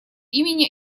имени